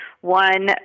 one